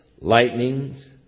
lightnings